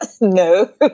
No